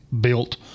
built